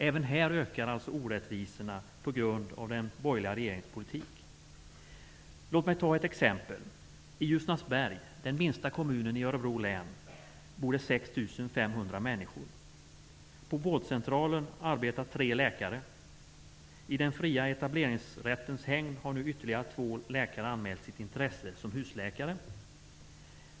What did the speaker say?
Även här ökar alltså orättvisorna på grund av den borgerliga regeringens politik. Låt mig ta ett exempel. I Ljusnarsberg, den minsta kommunen i Örebro län, bor 6 500 människor. På vårdcentralen arbetar tre läkare. I den fria etableringrättens hägn har nu ytterligare två läkare anmält sitt intresse som husläkare.